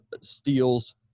steals